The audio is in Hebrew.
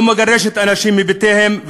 לא מגרשת אנשים מבתיהם,